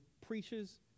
preaches